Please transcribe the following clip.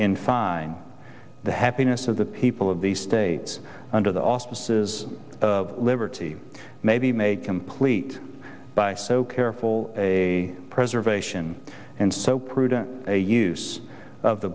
inside the happiness of the people of these states under the auspices liberty may be made complete by so careful a preservation and so prudent a use of the